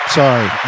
sorry